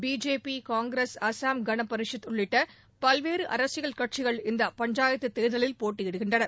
BJP Congress Assam Ganaparishad உள்ளிட்ட பல்வேறு அரசியல் கட்சிகள் இந்தப் பஞ்சாயத்து தேர்தலில் போட்டியிடுகின்றன